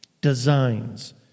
Designs